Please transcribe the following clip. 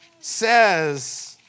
says